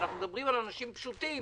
ואנחנו מדברים על אנשים פשוטים